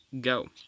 go